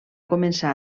començar